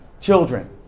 children